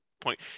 point